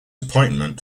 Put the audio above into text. appointment